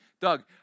Doug